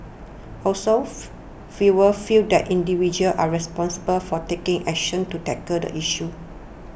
also fewer feel that individuals are responsible for taking action to tackle the issue